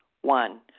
One